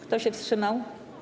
Kto się wstrzymał?